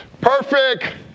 Perfect